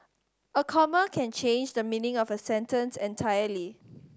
a comma can change the meaning of a sentence entirely